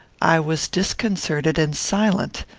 i was disconcerted and silent.